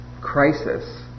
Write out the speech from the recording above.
crisis